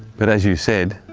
but as you said,